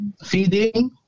feeding